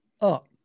up